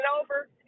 over